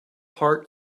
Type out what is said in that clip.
heart